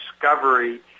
discovery